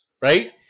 right